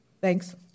Thanks